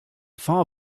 far